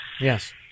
Yes